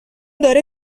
داره